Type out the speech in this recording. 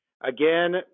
again